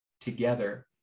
together